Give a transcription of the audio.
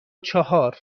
چهار